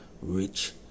rich